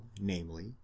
namely